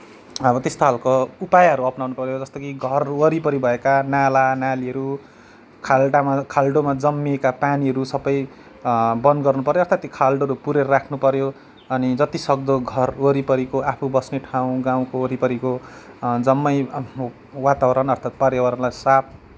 अब त्यस्तो खालको उपायहरू अप्नाउन पऱ्यो जस्तो कि घरहरू वरिपरि भएका नालानालीहरू खाल्टामा खाल्टोमा जमिएका पानीहरू सबै बन्द गर्नुपऱ्यो अथवा त्यो खाल्टोहरू पुरेर राख्नुपऱ्यो अनि जतिसक्दो घर वरिपरिको आफू बस्ने ठाउँगाउँको वरिपरिको जम्मै वातावरण अर्थात् पर्यावरणलाई साफ